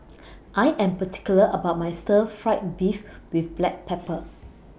I Am particular about My Stir Fried Beef with Black Pepper